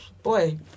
Boy